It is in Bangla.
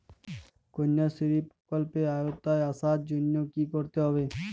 কন্যাশ্রী প্রকল্পের আওতায় আসার জন্য কী করতে হবে?